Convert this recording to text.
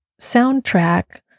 soundtrack